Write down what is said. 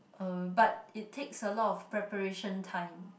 uh but it takes a lot of preparation time